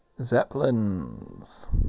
Zeppelins